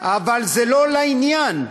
רק תשאל אותו אם עשו מעשה, אבל זה לא לעניין.